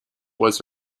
was